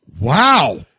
Wow